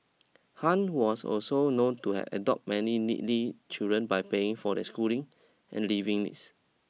Han was also known to have adopt many needly children by paying for their schooling and living needs